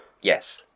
Yes